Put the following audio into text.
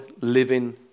living